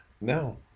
No